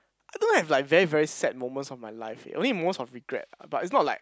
I don't have like very very sad moments of my life eh only most of regret but it's not like